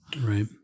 right